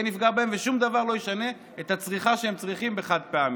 יפגע בהם וששום דבר לא ישנה את הצריכה שהם צריכים בחד-פעמי.